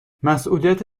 مسئولیت